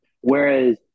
Whereas